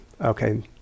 okay